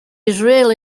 israeli